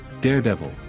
Daredevil